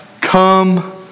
come